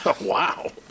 Wow